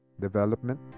development